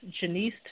Janice